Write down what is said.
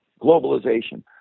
globalization